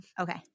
Okay